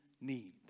need